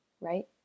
right